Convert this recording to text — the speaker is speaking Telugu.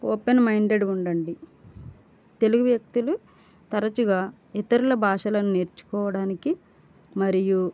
ఓపెన్ మైండెడ్గా ఉండండి తెలుగు వ్యక్తులు తరచుగా ఇతరుల భాషలను నేర్చుకోవడానికి మరియు